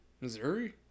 Missouri